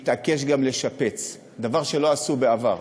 התעקש גם לשפץ את הדירות האלה, דבר שלא עשו בעבר,